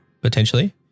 potentially